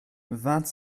vingt